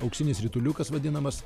auksinis rituliukas vadinamas